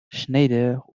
schneider